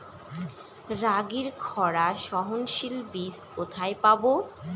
রাগির খরা সহনশীল বীজ কোথায় পাবো?